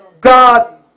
God